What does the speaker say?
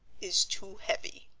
is too heavy.